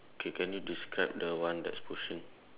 okay can you describe the one that's pushing